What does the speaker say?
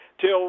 till